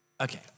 Okay